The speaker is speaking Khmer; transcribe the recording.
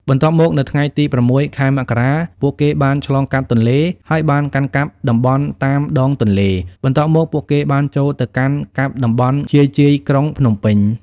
បន្ទាប់មកនៅថ្ងៃទី ០៦ ខែ មករា ពួកគេបានឆ្លងកាត់ទន្លេ ហើយបានកាន់កាប់តំបន់តាមដងទន្លេ បន្ទាប់មកពួកគេបានចូលទៅកាន់កាប់តំបន់ជាយៗក្រុងភ្នំពេញ។